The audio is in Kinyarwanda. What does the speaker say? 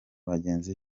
bagenzi